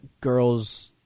girls